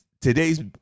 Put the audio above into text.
Today's